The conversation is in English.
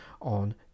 on